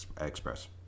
Express